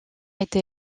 été